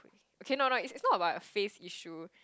okay no no it's not about face issue